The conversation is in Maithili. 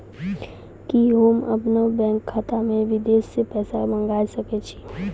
कि होम अपन बैंक खाता मे विदेश से पैसा मंगाय सकै छी?